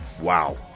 Wow